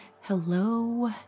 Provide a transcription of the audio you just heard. Hello